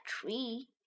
tree